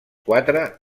quatre